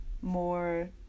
more